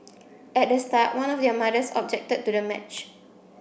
at the start one of their mothers objected to the match